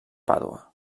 pàdua